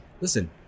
listen